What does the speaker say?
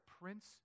prince